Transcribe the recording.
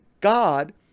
God